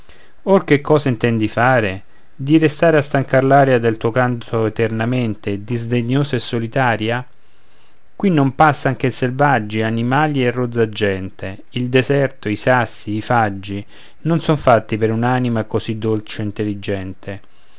or che cosa intendi fare di restare a stancar l'aria del tuo canto eternamente disdegnosa e solitaria qui non passan che selvaggi animali e rozza gente il deserto i sassi i faggi non son fatti per un'anima così dolce e intelligente